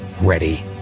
ready